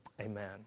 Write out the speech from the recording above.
amen